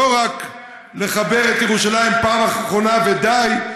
לא רק לחבר את ירושלים פעם אחרונה ודי,